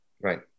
Right